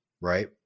right